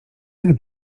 jak